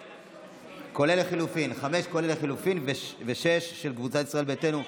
כולל לחלופין, ו-6, של קבוצת ישראל ביתנו,